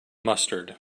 mustard